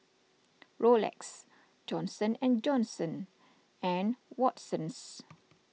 Rolex Johnson and Johnson and Watsons